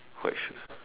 white shoes